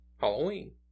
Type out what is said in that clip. Halloween